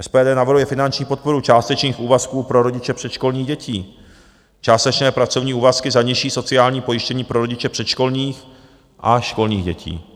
SPD navrhuje finanční podporu částečných úvazků pro rodiče předškolních dětí, částečné pracovní úvazky za nižší sociální pojištění pro rodiče předškolních a školních dětí.